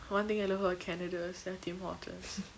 one thing I love about canada is their tim hortons